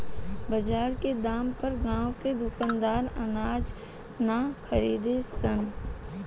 बजार के दाम पर गांव के दुकानदार अनाज ना खरीद सन